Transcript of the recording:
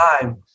time